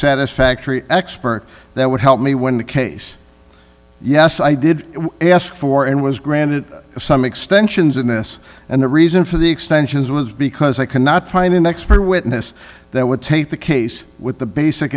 satisfactory expert that would help me win the case yes i did ask for and was granted some extensions in this and the reason for the extensions was because i cannot find an expert witness that would take the case with the basic